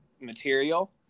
material